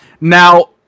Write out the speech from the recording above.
Now